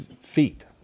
feet